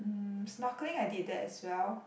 mm snorkeling I did that as well